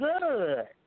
good